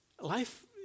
Life